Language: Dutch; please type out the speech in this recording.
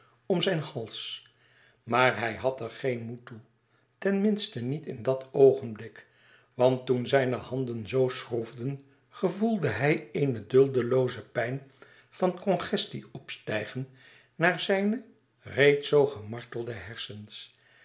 om zijn hals maar hij had er geen moed toe ten minste niet in dat oogenblik want toen zijne handen zoo schroefden gevoelde hij eene duldelooze pijn van congestie opstijgen naar zijne reeds zoo gemartelde hersens